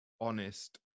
honest